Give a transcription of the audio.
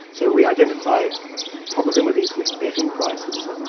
so we identify probabilities with betting prices,